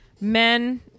men